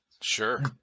Sure